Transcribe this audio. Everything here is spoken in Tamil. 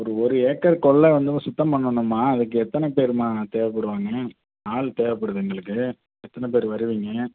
ஒரு ஒரு ஏக்கர் கொல்லை வந்து சுத்தம் பண்ணனுமா அதுக்கு எத்தனை பேர்மா தேவைபடுவாங்க ஆள் தேவைபடுது எங்களுக்கு எத்தனை பேர் வருவீங்க